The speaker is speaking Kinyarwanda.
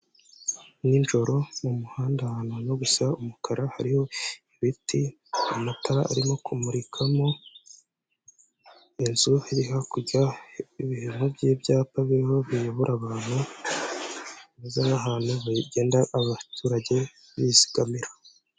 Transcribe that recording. Nijoro mu muhanda ahantu harimo gusa umukara hariho ibiti, amatara arimo kumurika mo inzu iri hakurya hari iby'ibyapa birimo biyobora abantu beza n'ahantu hagenda abaturage bizigamira.